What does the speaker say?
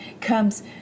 comes